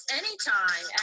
anytime